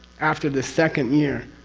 after the second year,